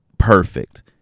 perfect